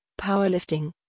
powerlifting